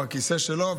בכיסא שלו,